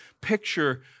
picture